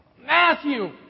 Matthew